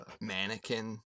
mannequin